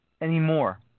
anymore